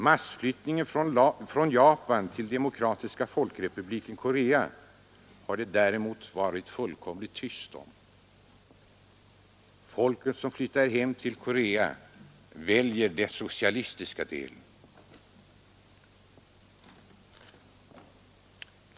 Massflyttningen från Japan till Demokratiska folkrepubliken Korea har det däremot varit tyst om. Folket som flyttar hem till Korea väljer dess socialistiska del.